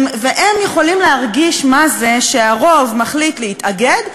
והם יכולים להרגיש מה זה שהרוב מחליט להתאגד,